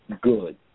good